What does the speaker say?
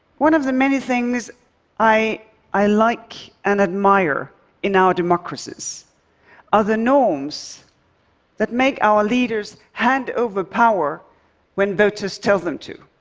one of the many things i i like and admire in our democracies are the norms that make our leaders hand over power when voters tell them to.